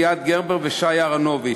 ליאת גרבר ושי אהרונוביץ.